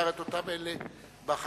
בעיקר את אותם אלה בחקלאות.